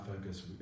focus